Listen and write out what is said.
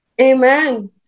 Amen